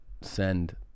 send